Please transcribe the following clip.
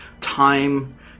time